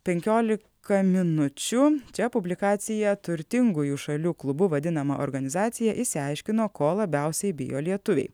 penkiolika minučių čia publikacija turtingųjų šalių klubu vadinama organizacija išsiaiškino ko labiausiai bijo lietuviai